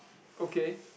okay